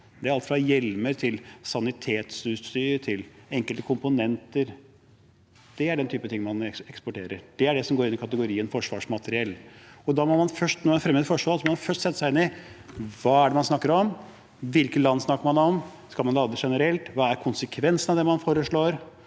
Det er alt fra hjelmer til sanitetsutstyr til enkelte komponenter. Det er den typen ting man eksporterer – det er det som går under kategorien forsvarsmateriell. Når man fremmer et forslag, må man først sette seg inn i hva det er man snakker om, hvilke land snakker man om, skal man lage det generelt, og hva er konsekvensen av det man foreslår.